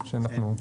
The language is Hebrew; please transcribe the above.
כן.